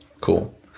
Cool